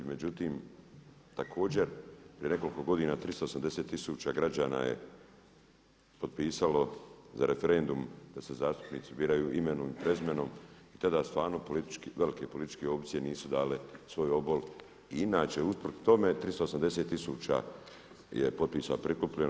Međutim također je nekoliko godina 380 tisuća građana je potpisalo za referendum da se zastupnici biraju imenom i prezimenom, te da stvarno velike političke opcije nisu dale svoj obol i inače usprkos tome 380 tisuća je potpisa prikupljeno.